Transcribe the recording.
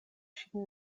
ŝin